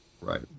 Right